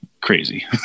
crazy